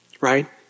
right